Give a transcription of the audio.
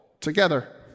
together